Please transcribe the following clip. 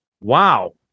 wow